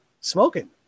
smoking